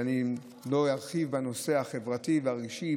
ואני לא ארחיב בנושא החברתי והרגשי,